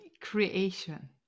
creation